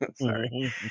Sorry